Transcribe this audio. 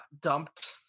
dumped